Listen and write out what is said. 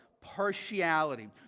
partiality